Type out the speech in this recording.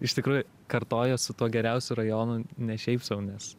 iš tikrųjų kartojuos su tuo geriausiu rajonu ne šiaip sau nes